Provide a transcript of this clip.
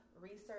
research